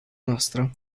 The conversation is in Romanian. noastră